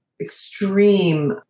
extreme